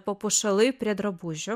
papuošalai prie drabužių